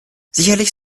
sicherlich